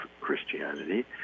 Christianity